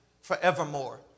forevermore